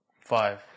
Five